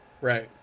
Right